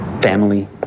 family